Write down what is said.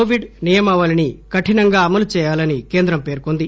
Covid నియమావళిని కఠినంగా అమలు చేయాలని కేంద్రం పేర్కొంది